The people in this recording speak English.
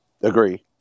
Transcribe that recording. agree